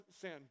sin